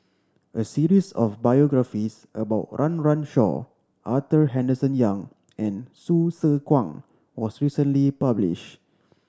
a series of biographies about Run Run Shaw Arthur Henderson Young and Hsu Tse Kwang was recently published